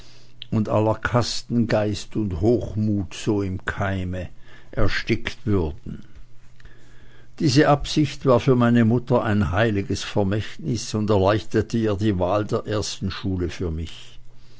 und aller kastengeist und hochmut so im keime erstickt würden diese absicht war für meine mutter ein heiliges vermächtnis und erleichterte ihr die wahl der ersten schule für mich